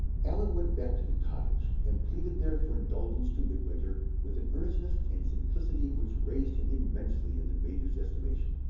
allan went back to the cottage, and pleaded there for indulgence to midwinter, with an earnestness and simplicity which raised him immensely in the major's estimation,